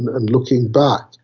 and looking back,